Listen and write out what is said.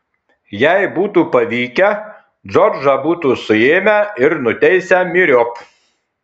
jei būtų pavykę džordžą būtų suėmę ir nuteisę myriop